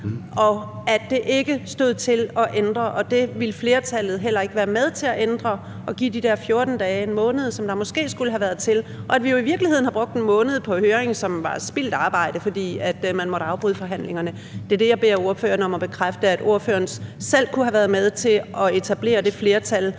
og at det ikke stod til at ændre, og at det ville flertallet heller ikke være med til at ændre og give de der 14 dage til 1 måned, der måske skulle have været til det, og at vi jo i virkeligheden har brugt 1 måned på en høring, som var spildt arbejde, fordi man måtte afbryde forhandlingerne. Det er det, jeg beder ordføreren om at bekræfte, altså at ordføreren selv kunne have været med til at etablere det flertal,